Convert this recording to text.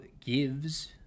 gives